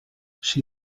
she